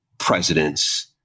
presidents